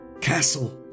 castle